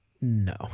No